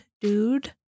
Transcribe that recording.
dude